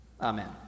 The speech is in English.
Amen